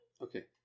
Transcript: Okay